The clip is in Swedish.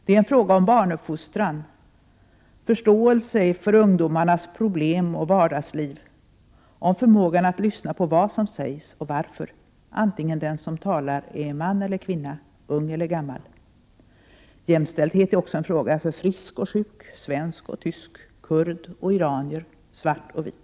Det är en fråga om barnuppfostran, förståelse för ungdomarnas problem och vardagsliv, om förmågan att lyssna på vad som sägs och varför, oavsett om den som talar är man eller kvinna, ung eller gammal. Jämställdhet är också en fråga för frisk och sjuk, svensk och tysk, kurd och iranier, svart och vit.